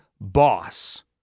boss